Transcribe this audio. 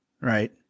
right